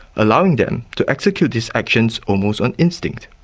allowing them to execute these actions almost on instinct.